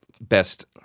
best